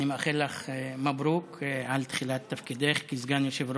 אני מאחל לך מברוכ על תחילת תפקידך כסגנית יושב-ראש.